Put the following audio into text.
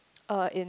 uh in